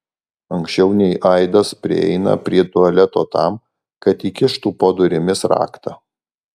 anksčiau nei aidas prieina prie tualeto tam kad įkištų po durimis raktą